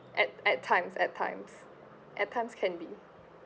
at at times at times at times can be